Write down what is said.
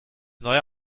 neue